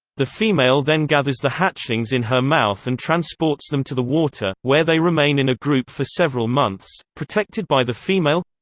the female then gathers the hatchlings in her mouth and transports them to the water, where they remain in a group for several months, protected by the female